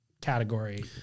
category